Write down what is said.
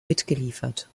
mitgeliefert